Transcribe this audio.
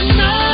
no